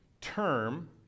term